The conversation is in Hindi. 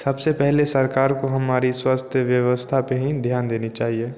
सब से पहले सरकार को हमारी स्वास्थ्य व्यवस्था पर ही ध्यान देना चाहिए